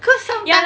cause sometime